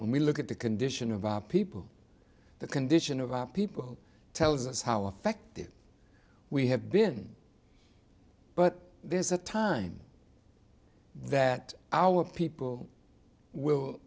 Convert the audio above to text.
when we look at the condition of our people the condition of our people tells us how effective we have been but there is a time that our people will